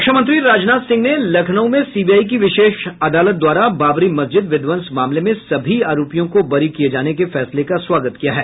रक्षामंत्री राजनाथ सिंह ने लखनऊ में सीबीआई की विशेष अदालत द्वारा बाबरी मस्जिद विध्वंस मामले में सभी आरोपियों को बरी किए जाने के फैसले का स्वागत किया है